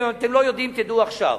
ואם אתם לא יודעים תדעו עכשיו,